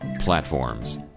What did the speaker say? platforms